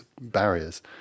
barriers